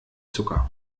zucker